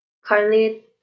Currently